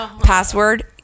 Password